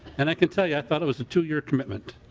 and i can tell you i thought it was a two-year commitment.